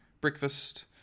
breakfast